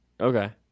Okay